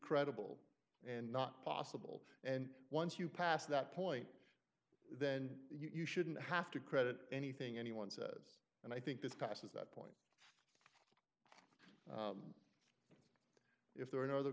credible and not possible and once you pass that point then you shouldn't have to credit anything anyone says and i think this passes that point if there are no other